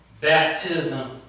Baptism